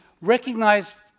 recognize